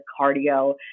cardio